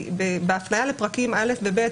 בהפניה לפרקים א' ו-ב',